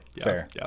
fair